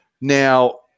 Now